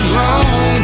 long